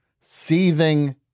seething